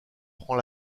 prend